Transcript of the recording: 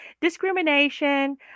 Discrimination